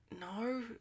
no